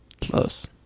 close